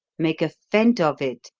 make a feint of it?